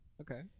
Okay